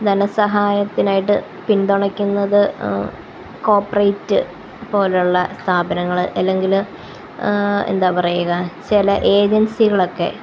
ധനസഹായത്തിനായിട്ട് പിന്തുണക്കുന്നത് കോപ്പറേറ്റ് പോലുള്ള സ്ഥാപനങ്ങള് അല്ലെങ്കില് എന്താ പറയുക ചില ഏജന്സികളൊക്കെ